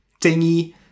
thingy